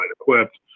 equipped